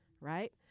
Right